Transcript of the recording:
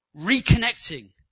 reconnecting